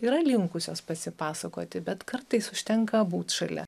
yra linkusios pasipasakoti bet kartais užtenka būt šalia